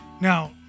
Now